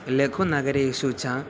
लघुनगरेषु च